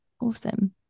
Awesome